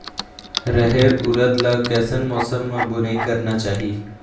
रहेर उरद ला कैसन मौसम मा बुनई करना चाही?